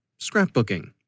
scrapbooking